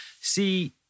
See